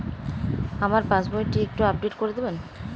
আমার পাসবই টি একটু আপডেট করে দেবেন?